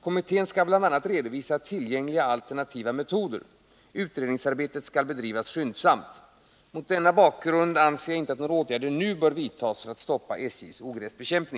Kommittén skall bl.a. redovisa tillgängliga alternativa metoder. Utredningsarbetet skall bedrivas skyndsamt. Mot denna bakgrund anser jag inte att några åtgärder nu bör vidtas för att stoppa SJ:s ogräsbekämpning.